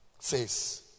says